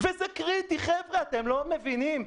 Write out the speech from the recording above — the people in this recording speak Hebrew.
זה קריטי, חבר'ה, אתם לא מבינים?